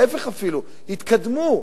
ההיפך אפילו, התקדמו.